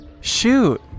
Shoot